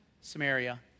Samaria